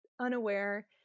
unaware